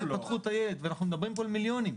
להתפתחות הילד, ואנחנו מדברים פה על מיליונים.